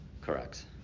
Correct